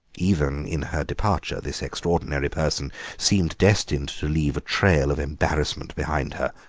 even in her departure this extraordinary person seemed destined to leave a trail of embarrassment behind her.